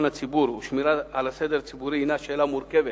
הציבור ושמירה על הסדר הציבורי הינה שאלה מורכבת